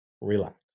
Relax